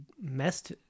messed